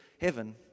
heaven